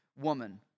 woman